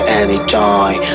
anytime